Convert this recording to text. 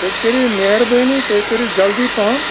تُہۍ کٔرِو مہربٲنی تُہۍ کٔرِو جلدی پَہَم